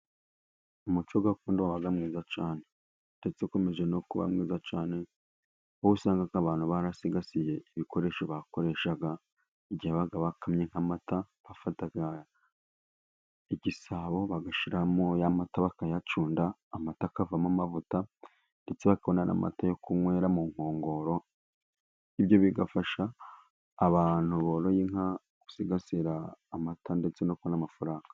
Umuco gakondo wabaga mwiza cyane. Ndetse ukomeje no kuba mwiza cyane, aho usanga abantu barasigasiye ibikoresho bakoreshaga, igihe bakamye nk'amata. Bafataga igisabo bagashyiramo ya mata, bakayacunda, amata akavamo amavuta. Ndetse bakabonamo n'amata yo kunywera mu nkongoro. Ibyo bigafasha abantu boroye inka gusigasira amata, ndetse no kubona amafaranga.